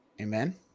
amen